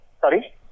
Sorry